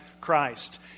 Christ